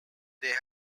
there